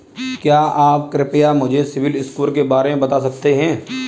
क्या आप कृपया मुझे सिबिल स्कोर के बारे में बता सकते हैं?